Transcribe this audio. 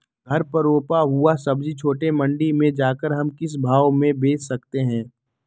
घर पर रूपा हुआ सब्जी छोटे मंडी में जाकर हम किस भाव में भेज सकते हैं?